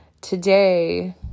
today